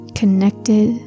connected